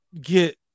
get